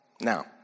Now